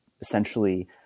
essentially